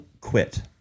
quit